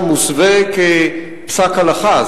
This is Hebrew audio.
שמוסווה כפסק הלכה,